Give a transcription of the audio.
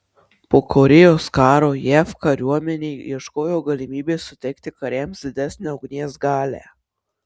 po korėjos karo jav kariuomenė ieškojo galimybės suteikti kariams didesnę ugnies galią